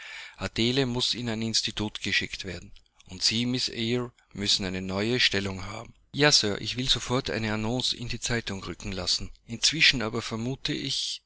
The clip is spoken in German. adele muß in ein institut geschickt werden und sie miß eyre müssen eine neue stellung haben ja sir ich will sofort eine annonce in die zeitungen rücken lassen inzwischen aber vermute ich